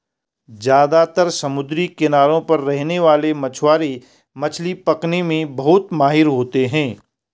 ज्यादातर समुद्री किनारों पर रहने वाले मछवारे मछली पकने में बहुत माहिर होते है